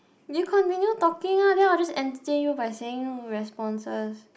you continue talking lah then I'll just answer you by sending you responses